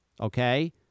okay